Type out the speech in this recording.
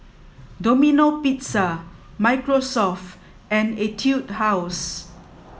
Domino Pizza Microsoft and Etude House